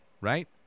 right